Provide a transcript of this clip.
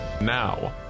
Now